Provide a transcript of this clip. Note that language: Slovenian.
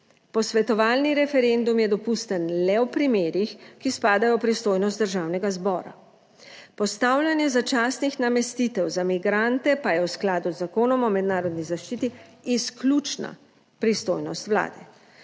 Posvetovalni referendum je dopusten le v primerih, ki spadajo 54. TRAK: (JJ) – 13.25 (nadaljevanje) v pristojnost državnega zbora. Postavljanje začasnih namestitev za migrante pa je v skladu z Zakonom o mednarodni zaščiti izključna pristojnost Vlade.